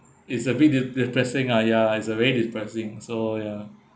it's a bit de~ depressing lah ya it's uh very depressing so ya